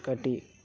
ᱠᱟᱹᱴᱤᱜ